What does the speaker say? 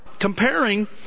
comparing